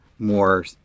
More